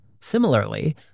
Similarly